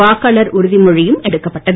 வாக்காளர் உறுதிமொழியும் எடுக்கப்பட்டது